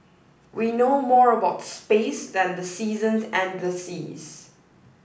we know more about space than the seasons and the seas